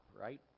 right